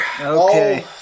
Okay